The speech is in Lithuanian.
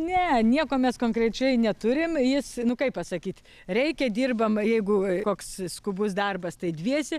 ne nieko mes konkrečiai neturim jis nu kaip pasakyt reikia dirbam jeigu koks skubus darbas tai dviese